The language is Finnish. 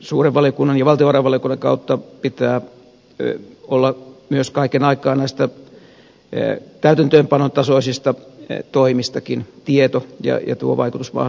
suuren valiokunnan ja valtiovarainvaliokunnan kautta pitää olla myös kaiken aikaa näistä täytäntöönpanon tasoisista toimistakin tieto ja tuo vaikutusmahdollisuus